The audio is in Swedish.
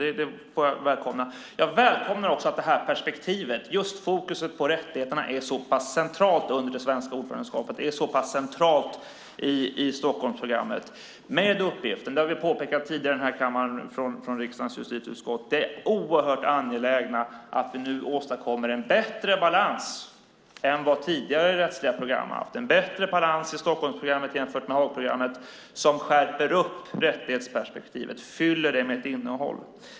Jag välkomnar det. Jag välkomnar också att perspektivet med fokus på rättigheterna är så pass centralt under det svenska ordförandeskapet och i Stockholmsprogrammet. Riksdagens justitieutskott har tidigare i kammaren påpekat att det är oerhört angeläget att vi nu åstadkommer en bättre balans än vad tidigare rättsliga program har haft. Det ska vara en bättre balans i Stockholmsprogrammet jämfört med Haagprogrammet som skärper rättighetsperspektivet och fyller det med ett innehåll.